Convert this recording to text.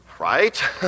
Right